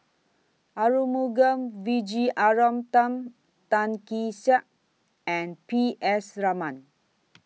Arumugam Vijiaratnam Tan Kee Sek and P S Raman